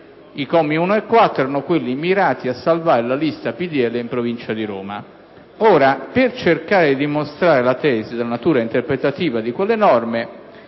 I commi 1 e 4 erano quelli mirati a salvare la lista del PdL in provincia di Roma. Ora, per cercare di dimostrare la tesi della natura interpretativa di quelle norme,